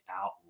out